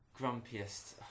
Grumpiest